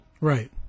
Right